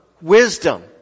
wisdom